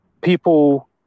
people